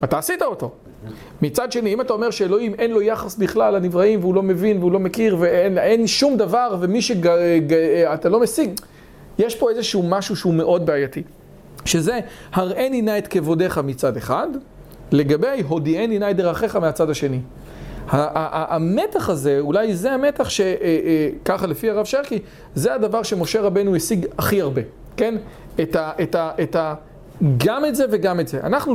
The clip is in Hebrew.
אתה עשית אותו. מצד שני, אם אתה אומר שאלוהים אין לו יחס בכלל לנבראים והוא לא מבין והוא לא מכיר ואין שום דבר ומי שאתה לא משיג, יש פה איזשהו משהו שהוא מאוד בעייתי. שזה הראני נא את כבודך מצד אחד, לגבי הודיעני נא את דרכיך מהצד השני. המתח הזה, אולי זה המתח שככה לפי הרב שרקי, זה הדבר שמשה רבנו השיג הכי הרבה. כן? את ה... גם את זה וגם את זה.